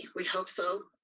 we hope so.